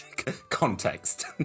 context